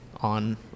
on